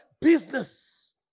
business